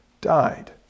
died